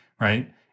right